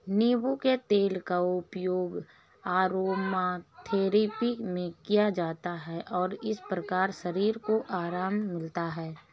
नींबू के तेल का उपयोग अरोमाथेरेपी में किया जाता है और इस प्रकार शरीर को आराम मिलता है